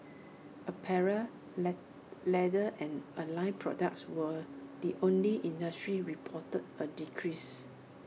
apparel let leather and allied products were the only industry reporting A decrease